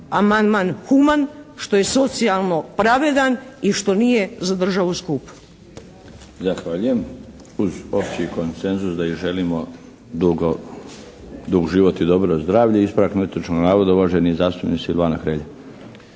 amandman human, što je socijalno pravedan i što nije za državu skup.